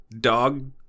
dog